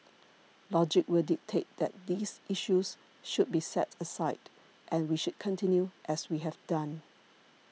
logic will dictate that these issues should be set aside and we should continue as we have done